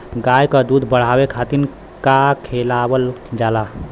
गाय क दूध बढ़ावे खातिन का खेलावल जाय?